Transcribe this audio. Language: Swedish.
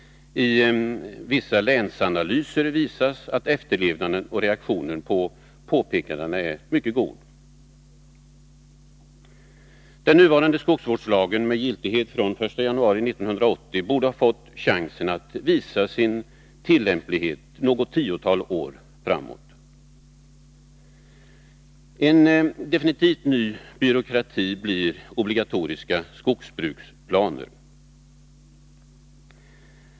I vissa länsanalyser visas att efterlevnaden och reaktionen på påpekanden är mycket god. Den nuvarande skogsvårdslagen, med giltighet från den 1 januari 1980, borde ha fått chansen att visa sin tillämplighet något tiotal år framåt. Obligatoriska skogsbruksplaner blir definitivt en ny byråkrati.